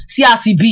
CRCB